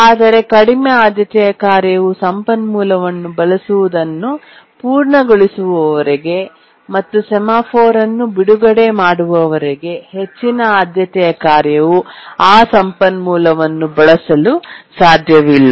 ಆದರೆ ಕಡಿಮೆ ಆದ್ಯತೆಯ ಕಾರ್ಯವು ಸಂಪನ್ಮೂಲವನ್ನು ಬಳಸುವುದನ್ನು ಪೂರ್ಣಗೊಳಿಸುವವರೆಗೆ ಮತ್ತು ಸೆಮಾಫೋರ್ ಅನ್ನು ಬಿಡುಗಡೆ ಮಾಡುವವರೆಗೆ ಹೆಚ್ಚಿನ ಆದ್ಯತೆಯ ಕಾರ್ಯವು ಆ ಸಂಪನ್ಮೂಲವನ್ನು ಬಳಸಲು ಸಾಧ್ಯವಿಲ್ಲ